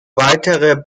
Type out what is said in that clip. weitere